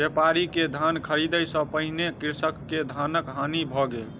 व्यापारी के धान ख़रीदै सॅ पहिने कृषक के धानक हानि भ गेल